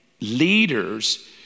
leaders